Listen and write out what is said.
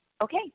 Okay